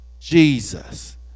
Jesus